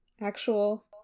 actual